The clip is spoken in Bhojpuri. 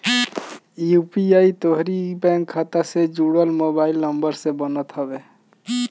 यू.पी.आई तोहरी बैंक खाता से जुड़ल मोबाइल नंबर से बनत हवे